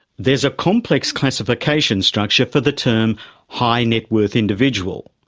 there's a complex classification structure for the term high net worth individual.